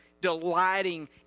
delighting